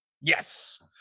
Yes